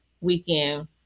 weekend